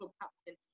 captain